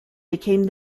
became